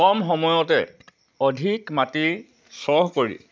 কম সময়তে অধিক মাটি চহ কৰি